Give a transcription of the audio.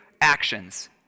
actions